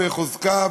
חוזקה,